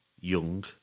young